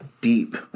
deep